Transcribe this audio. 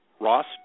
Ross